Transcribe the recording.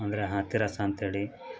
ಅಂದರೆ ಅತಿರಸ ಅಂತೇಳಿ